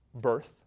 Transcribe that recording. Birth